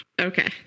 Okay